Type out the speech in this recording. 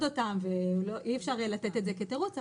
אותם ואי אפשר יהיה לתת את זה כתירוץ,